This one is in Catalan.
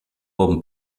bon